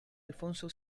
alfonso